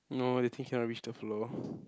no later cannot reach the floor